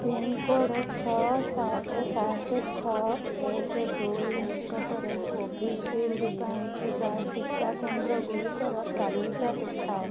pincode ଛଅ ସାତ ସାତ ଛଅ ଏକ ଦୁଇ ନିକଟରେ କୋଭିଶିଲ୍ଡ଼ ପାଇଁ ଥିବା ଟିକା କେନ୍ଦ୍ରଗୁଡ଼ିକର ତାଲିକା ଦେଖାଅ